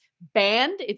banned